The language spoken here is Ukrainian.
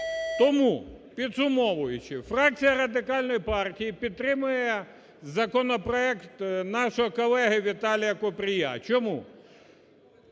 Тому підсумовуючи: фракція Радикальної партії підтримує законопроект нашого колеги Віталія Купрія. Чому?